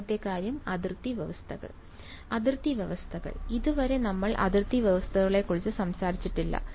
വിദ്യാർത്ഥി അതിർത്തി വ്യവസ്ഥകൾ അതിർത്തി വ്യവസ്ഥകൾ ഇതുവരെ നമ്മൾ അതിർത്തി വ്യവസ്ഥകളെക്കുറിച്ച് സംസാരിച്ചിട്ടില്ല